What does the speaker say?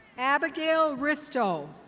abigail ristol.